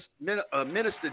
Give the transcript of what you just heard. Minister